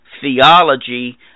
theology